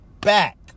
back